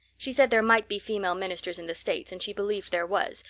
she said there might be female ministers in the states and she believed there was,